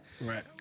Right